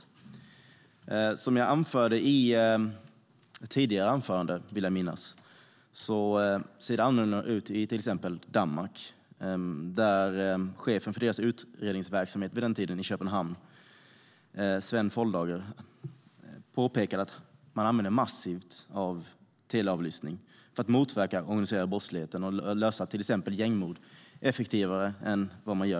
Jag vill minnas att jag i ett tidigare anförande framförde att det ser annorlunda ut i till exempel Danmark. Chefen för deras utredningsverksamhet i Köpenhamn vid den tiden, Svend Foldager, påpekade att de använder teleavlyssning i stor omfattning för att motverka organiserad brottslighet och för att lösa till exempel gängmord på ett effektivare sätt än i Sverige.